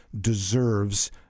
deserves